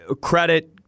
credit